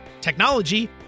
technology